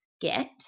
get